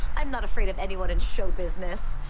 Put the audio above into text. i'm not afraid of anyone in show business.